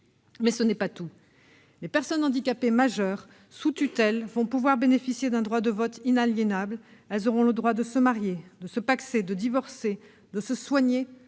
Mais ce n'est pas tout : les personnes handicapées majeures sous tutelle vont pouvoir bénéficier d'un droit de vote inaliénable, elles auront le droit de se marier, de se pacser, de divorcer, de se soigner,